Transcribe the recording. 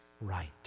right